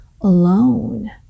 alone